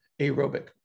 aerobic